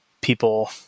people